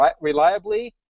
reliably